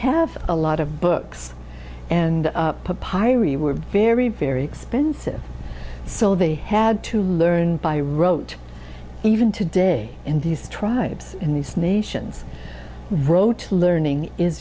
have a lot of books and pyorrhea were very very expensive so they had to learn by rote even today in these tribes in these nations rote learning is